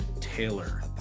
Taylor